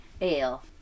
ale